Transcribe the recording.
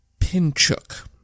Pinchuk